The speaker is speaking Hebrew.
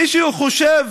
מי שחושב